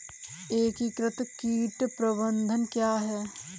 एकीकृत कीट प्रबंधन क्या है?